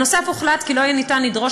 נוסף על כך הוחלט כי לא יהיה אפשר לדרוש